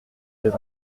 des